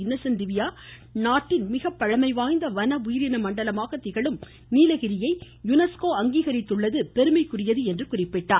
Innocent Divya நாட்டின் மிகப் பழமைவாய்ந்த வன உயிரின மண்டலமாகத் திகழும் நீலகிரியை யுனெஸ்கோ அங்கீகரித்துள்ளது பெருமைகுரியது என்றார்